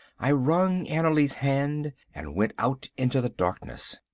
i wrung annerly's hand, and went out into the darkness.